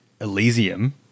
elysium